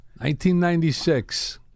1996